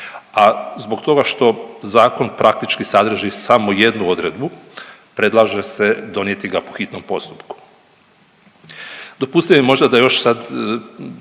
a zbog toga što zakon praktički sadrži samo jednu odredbu, predlaže se donijeti ga po hitnom postupku. Dopustite mi možda da još sad